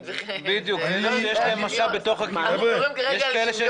אני מעריך את מה שאומר תומר